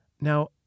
Now